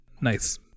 nice